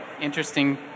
interesting